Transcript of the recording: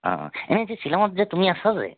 অ অ এনে যে শ্বিলঙত যে তুমি আছা যে